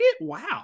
Wow